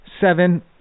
Seven